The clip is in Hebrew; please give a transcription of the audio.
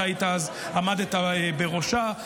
אתה עמדת אז בראשה.